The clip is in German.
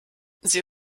sie